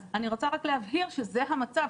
אז אני רוצה רק להבהיר שזה המצב.